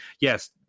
yes